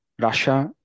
Russia